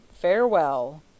farewell